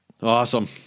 Awesome